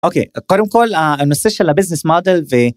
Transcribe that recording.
אוקיי, קודם כל, הנושא של הביזנס מודל ו...